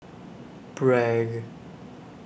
Bragg